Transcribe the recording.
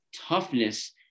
toughness